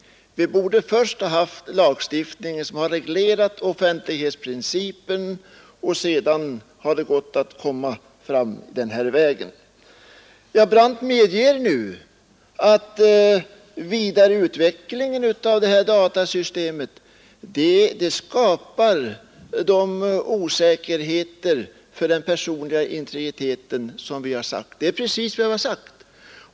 Vi borde som sagt först ha en lagstiftning som reglerar offentlighetsprincipen; därefter kan vi gå vidare. Herr Brandt medger nu att vidareutvecklingen av datasystemet skapar osäkerhet för den personliga integriteten, och det är precis vad vi har sagt.